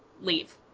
leave